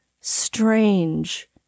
strange